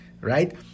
right